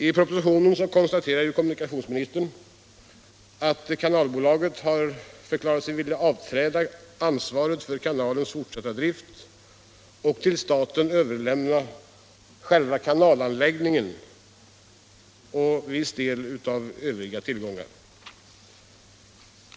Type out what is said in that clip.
I propositionen konstaterar kommunikationsministern att kanalbolaget har förklarat sig vilja frånträda ansvaret för kanalens fortsatta drift och till staten överlämna själva kanalanläggningen samt viss del av övriga tillgångar.